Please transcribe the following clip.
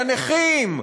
לנכים,